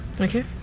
Okay